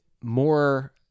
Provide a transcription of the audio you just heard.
more